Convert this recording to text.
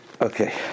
Okay